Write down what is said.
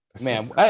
Man